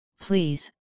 Please